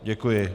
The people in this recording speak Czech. Děkuji.